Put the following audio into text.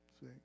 See